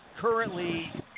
currently